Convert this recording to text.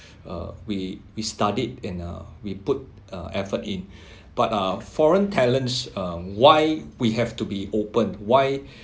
uh we we studied in uh we put uh effort in but uh foreign talents uh why we have to be open why